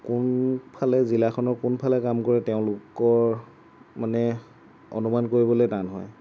কোনফালে জিলাখনৰ কোনফালে কাম কৰে তেওঁলোকৰ মানে অনুমান কৰিবলৈ টান হয়